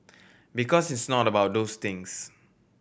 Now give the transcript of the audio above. because it's not about those things